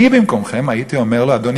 אני במקומכם הייתי אומר לו: אדוני,